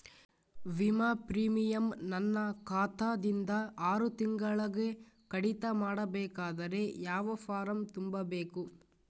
ವಿಮಾ ಪ್ರೀಮಿಯಂ ನನ್ನ ಖಾತಾ ದಿಂದ ಆರು ತಿಂಗಳಗೆ ಕಡಿತ ಮಾಡಬೇಕಾದರೆ ಯಾವ ಫಾರಂ ತುಂಬಬೇಕು?